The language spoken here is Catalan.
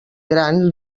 gran